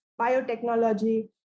biotechnology